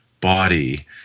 body